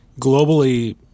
Globally